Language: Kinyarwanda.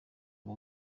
ngo